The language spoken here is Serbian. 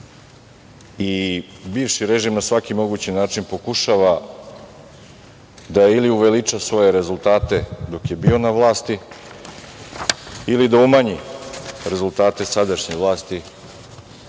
i bivši režim na svaki mogući način pokušava da ili uveliča svoje rezultate dok je bio na vlasti ili da umanji rezultate sadašnje vlasti,